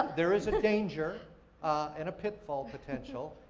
there is a danger and a pitfall potential.